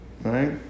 right